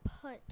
put